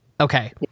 Okay